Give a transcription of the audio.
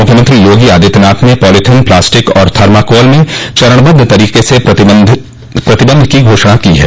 मुख्यमंत्री योगी आदित्यनाथ ने polythene plastic और थर्मोकोल में चरणबद्ध तरीके से प्रतिबंध की घोषणा की है